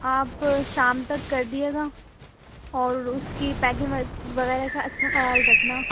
آپ شام تک کر دیجیے گا اور اس کی پیکنگ وغیرہ کا اچھا خیال رکھنا